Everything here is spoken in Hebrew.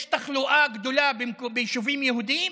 יש תחלואה גדולה ביישובים יהודיים,